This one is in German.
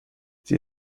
sie